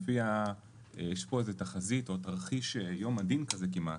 לפיה יש פה איזו תחזית או תרחיש יום הדין כזה כמעט,